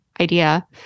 idea